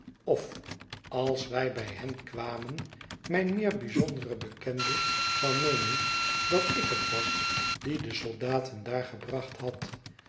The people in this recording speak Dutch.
of als wij bij hen kwamen mijn meer bijzondere bekende zou meenen dat ik het was die de soldaten daar gebracht had